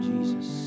Jesus